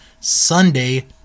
Sunday